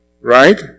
right